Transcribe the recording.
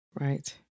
right